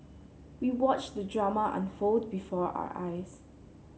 we watched the drama unfold before our eyes